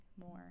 more